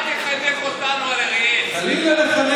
אל תחנך אותנו על אריאל, צביקה.